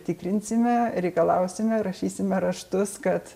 tikrinsime reikalausime rašysime raštus kad